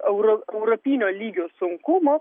euro europinio lygio sunkumų